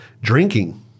drinking